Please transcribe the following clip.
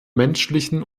menschlichen